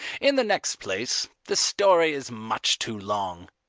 in the next place, the story is much too long.